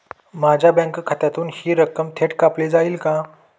माझ्या बँक खात्यातून हि रक्कम थेट कापली जाईल का?